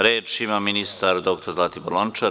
Reč ima ministar dr Zlatibor Lončar.